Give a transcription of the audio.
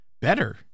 better